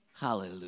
Hallelujah